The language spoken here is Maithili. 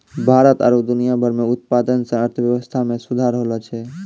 भारत आरु दुनिया भर मे उत्पादन से अर्थव्यबस्था मे सुधार होलो छै